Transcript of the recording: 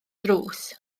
drws